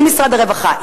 עם משרד הרווחה,